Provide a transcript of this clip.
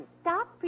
stop